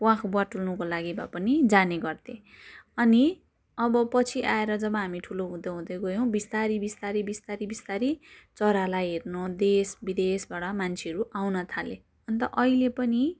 प्वाँख बटल्नुको लागि भए पनि जाने गर्थे अनि अब पछि आएर जब हामी ठुलो हुँदै हुँदै गयौँ बिस्तारै बिस्तारै बिस्तारै बिस्तारै चरालाई हेर्नु देश विदेशबाट मान्छेहरू आउन थाले अन्त अहिले पनि